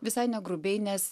visai negrubiai nes